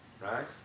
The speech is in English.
right